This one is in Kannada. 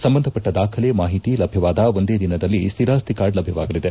ಸಂಬಂಧಪಟ್ಟ ದಾಖಲೆ ಮಾಹಿತಿ ಲಭ್ಯವಾದ ಒಂದೇ ದಿನದಲ್ಲಿ ಸ್ಟಿರಾಸ್ತಿ ಕಾರ್ಡ್ ಲಭ್ಯವಾಗಲಿದೆ